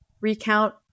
recount